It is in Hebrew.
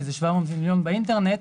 כי זה 700 מיליון שקל באינטרנט,